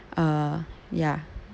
uh ya